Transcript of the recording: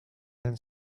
then